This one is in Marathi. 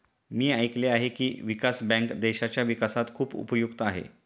मी ऐकले आहे की, विकास बँक देशाच्या विकासात खूप उपयुक्त आहे